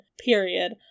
Period